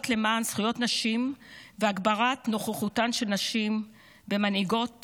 למען זכויות נשים והגברת נוכחותן של נשים במנהיגות